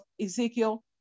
Ezekiel